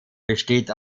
besteht